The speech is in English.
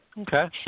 okay